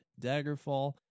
Daggerfall